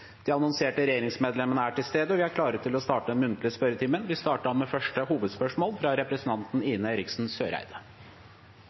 De annonserte regjeringsmedlemmene er til stede, og vi er klare til å starte den muntlige spørretimen. Vi starter da med første hovedspørsmål, fra representanten Ine Eriksen Søreide. Det er krig i